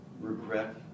regret